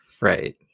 right